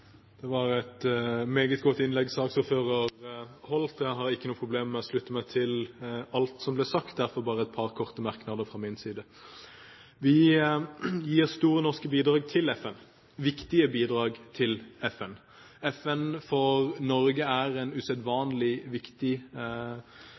Det var et meget godt innlegg saksordføreren holdt. Jeg har ikke noe problem med å slutte meg til alt som ble sagt – derfor bare noen korte merknader fra min side. Vi gir store norske bidrag – viktige bidrag – til FN. FN er for Norge en usedvanlig viktig bistandsmottaker, men ikke minst en